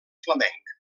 flamenc